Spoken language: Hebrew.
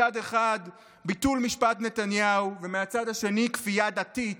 מצד אחד ביטול משפט נתניהו ומהצד השני כפייה דתית,